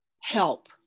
help